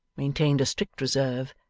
maintained a strict reserve,